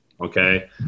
Okay